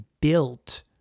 built